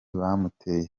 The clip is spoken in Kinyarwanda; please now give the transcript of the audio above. bamuteye